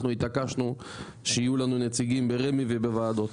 התעקשנו שיהיו לנו נציגים ברמ"י ובוועדות.